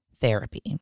therapy